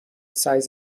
سایز